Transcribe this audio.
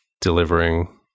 delivering